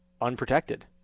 unprotected